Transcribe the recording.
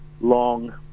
long